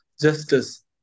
Justice